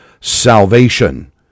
salvation